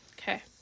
Okay